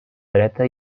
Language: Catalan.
dreta